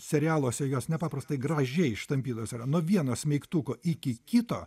serialuose jos nepaprastai gražiai ištampytos yra nuo vieno smeigtuko iki kito